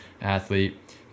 athlete